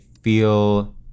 feel